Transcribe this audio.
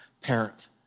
parent